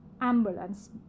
ambulance